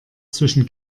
zwischen